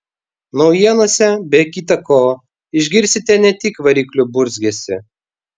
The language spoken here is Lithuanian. naujienose be kita ko išgirsite ne tik variklių burzgesį